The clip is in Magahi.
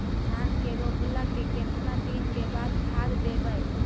धान के रोपला के केतना दिन के बाद खाद देबै?